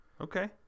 Okay